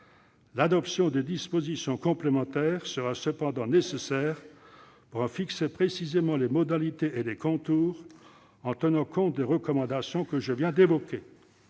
L'adoption de dispositions complémentaires sera cependant nécessaire pour en fixer précisément les modalités et les contours, en tenant compte des recommandations que je viens d'évoquer.